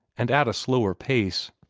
and at a slower pace.